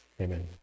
Amen